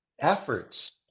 efforts